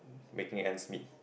making ends meet